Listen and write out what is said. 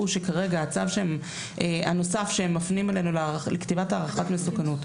שכרגע הצו הנוסף שהם מפנים אלינו לכתיבת הערכת מסוכנות,